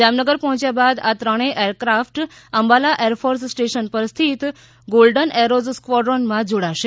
જામનગર પહોચ્યા બાદ આ ત્રણેય એરકાફ્ટ અંબાલા એરફોર્સ સ્ટેશન પર સ્થિત ગોલ્ડન એરોઝ સ્ક્વોડ્રોનમાં જોડાશે